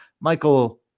Michael